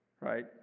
right